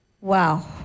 wow